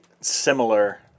similar